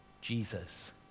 Jesus